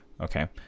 okay